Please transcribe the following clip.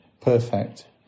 perfect